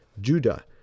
Judah